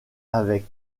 avec